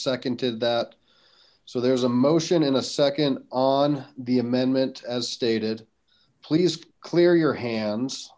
second did that so there's a motion in a second on the amendment as stated please clear your hands